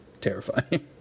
Terrifying